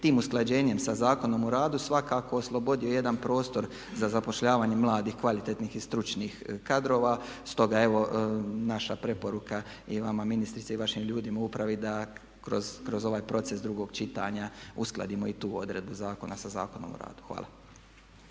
tim usklađenjem sa Zakonom o radu svakako oslobodio jedan prostor za zapošljavanje mladih kvalitetnih stručnih kadrova. Stoga evo naša preporuka i vama ministrice i vašim ljudima u upravi da kroz ovaj proces drugog čitanja uskladimo i tu odredbu zakona sa Zakonom o radu. Hvala.